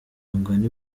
mugani